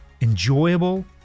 enjoyable